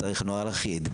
נצטרך נוהל אחיד.